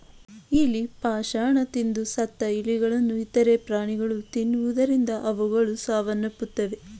ಇಲಿ ಪಾಷಾಣ ತಿಂದು ಸತ್ತ ಇಲಿಗಳನ್ನು ಇತರ ಪ್ರಾಣಿಗಳು ತಿನ್ನುವುದರಿಂದ ಅವುಗಳು ಸಾವನ್ನಪ್ಪುತ್ತವೆ